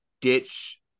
ditch